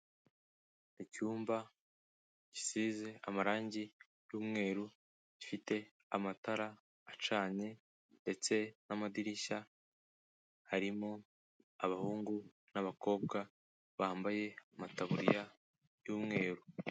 Icyumba gisize amarangi y'umweru, gifite amatara acanye ndetse n'amadirishya, harimo abahungu n'abakobwa bambaye amataburiya y'umweru.